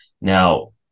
Now